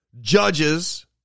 judges